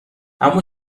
اما